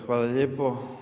Hvala lijepo.